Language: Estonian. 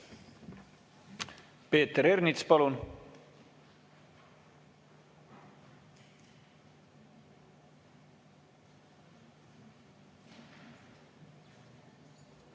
Peeter Ernits, palun!